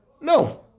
No